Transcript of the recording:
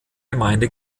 gemeinde